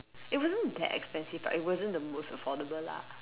it wasn't that expensive but it wasn't the most affordable lah